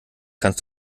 kannst